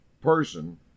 person